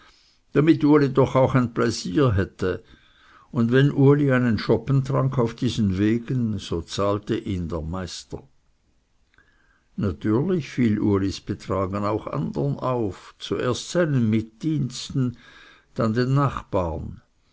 damit uli doch auch sein pläsier hätte und wenn uli einen schoppen trank auf diesen wegen so zahlte ihn der meister natürlich fiel ulis betragen auch andern auf zuerst seinen mitdiensten dann den nachbaren